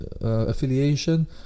affiliation